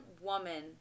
woman